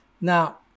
Now